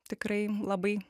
tikrai labai